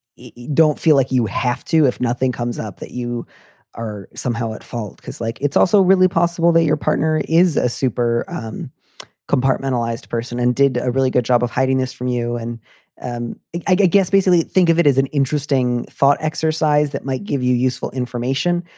you you don't feel like you have to if nothing comes up, that you are somehow at fault, because like, it's also really possible that your partner is a super um compartmentalized person and did a really good job of hiding this from you. and and i guess basically think of it as an interesting thought exercise that might give you useful information,